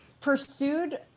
pursued